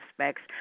aspects